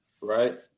right